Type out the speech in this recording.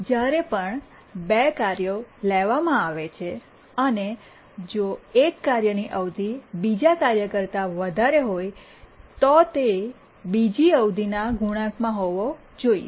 જ્યારે પણ બે કાર્યો લેવામાં આવે છે અને જો એક કાર્યની અવધિ બીજા કાર્ય કરતા વધારે હોય તો તે બીજી અવધિના ના ગુણાંકમાં હોવો જોઈએ